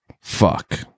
Fuck